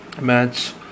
match